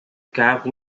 carro